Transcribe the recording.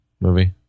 movie